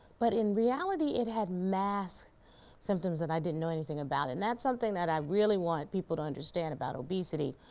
but in reality, it had mask symptoms that i didn't know anything about and that's something that i really want people to understand about obesity.